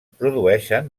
produeixen